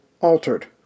altered